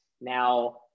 Now